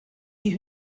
die